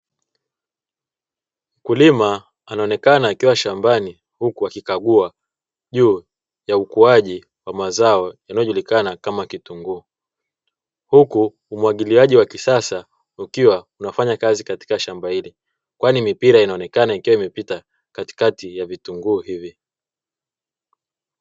Mkulima anaonekana akiwa shambani huku akikagua juu ya ukuaji wa mazao yanayojulikana kama kitunguu, huku umwagiliaji wa kisasa ukiwa unafanya kazi katika shamba hili, kwani mipira inaonekana ikiwa imepita katikati ya vitunguu hivi.